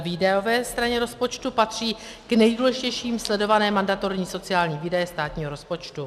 Na výdajové straně rozpočtu patří k nejdůležitějším sledované mandatorní sociální výdaje státního rozpočtu.